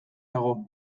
dago